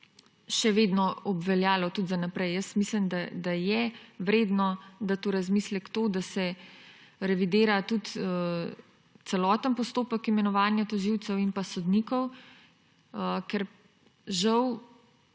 še vedno obveljalo tudi za naprej. Mislim, da je vredno dati v razmislek to, da se revidira tudi celoten postopek imenovanja tožilcev in sodnikov, ker – žal